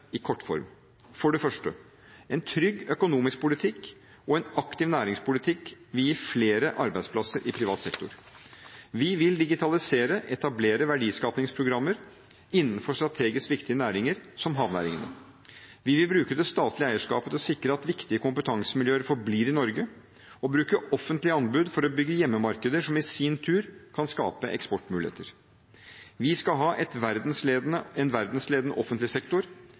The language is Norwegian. For det første: En trygg økonomisk politikk og en aktiv næringspolitikk vil gi flere arbeidsplasser i privat sektor. Vi vil digitalisere industrien, etablere verdiskapingsprogrammer innenfor strategisk viktige næringer som havnæringene. Vi vil bruke det statlige eierskapet til å sikre at viktige kompetansemiljøer forblir i Norge, og bruke offentlige anbud for å bygge hjemmemarkeder som i sin tur kan skape eksportmuligheter. Vi skal ha en verdensledende offentlig sektor,